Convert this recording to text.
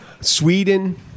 Sweden